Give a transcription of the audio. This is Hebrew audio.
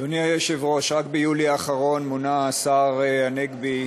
אדוני היושב-ראש, רק ביולי האחרון מונה השר הנגבי,